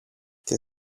και